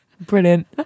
brilliant